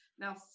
Now